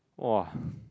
!wah!